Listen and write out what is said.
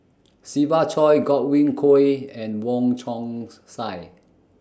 Siva Choy Godwin Koay and Wong Chong Sai